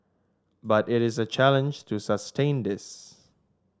but it is a challenge to sustain this